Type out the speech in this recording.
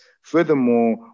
Furthermore